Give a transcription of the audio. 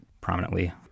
prominently